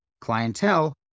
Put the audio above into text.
clientele